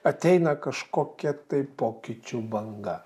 ateina kažkokia tai pokyčių banga